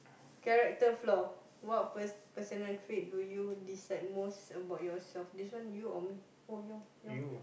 character flaw what pers~ personal trait do you dislike most about yourself this one you or me oh your your